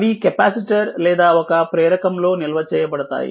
అవి కెపాసిటర్ లేదా ఒక ప్రేరకం లో నిల్వ చేయబడతాయి